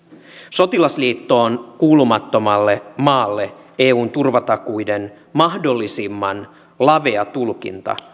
sotilasliittoon kuulumattomalle maalle eun turvatakuiden mahdollisimman lavea tulkinta